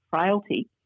frailty